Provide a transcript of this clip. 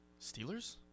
Steelers